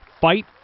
Fight